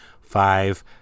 five